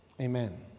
Amen